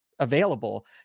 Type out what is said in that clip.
Available